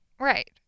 Right